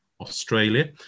Australia